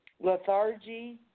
lethargy